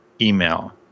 email